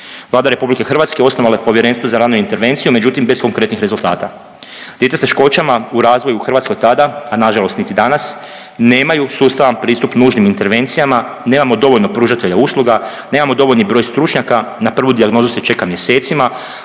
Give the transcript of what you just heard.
Vlada RH osnovala je povjerenstvo za ranu intervenciju međutim bez konkretnih rezultata. Djeca s teškoćama u razvoju u Hrvatskoj tada, a nažalost niti danas nemaju sustavan pristup nužnim intervencijama, nemamo dovoljno pružatelja usluga, nemamo dovoljno broj stručnjaka, na prvu dijagnozu se čeka mjesecima,